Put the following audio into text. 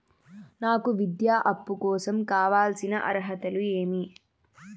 నాకు విద్యా అప్పు కోసం కావాల్సిన అర్హతలు ఏమి?